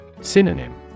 Synonym